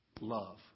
love